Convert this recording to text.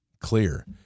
clear